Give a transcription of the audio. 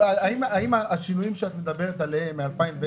האם השינויים שאת מדברת עליהם מאז 2010